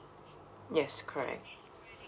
yes correct